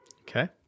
Okay